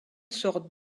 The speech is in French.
sort